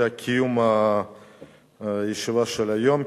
על קיום הישיבה של היום,